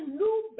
new